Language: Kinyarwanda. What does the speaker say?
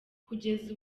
kugeza